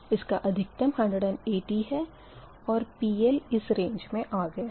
इसका अधिकतम 180 है और PL इस रेंज मे आ गया है